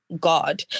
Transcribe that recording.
God